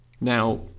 Now